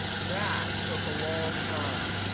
that took a long time.